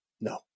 no